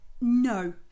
no